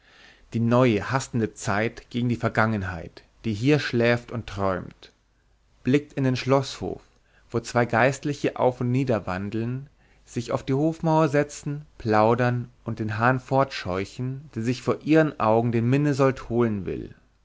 die neue hastende zeit gegen die vergangenheit die hier schläft und träumt blickt in den schloßhof wo zwei geistliche auf und nieder wandeln sich auf die hofmauer setzen plaudern und den hahn fortscheuchen der sich vor ihren augen den minnesold holen will